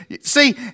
see